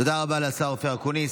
תודה רבה לשר אופיר אקוניס.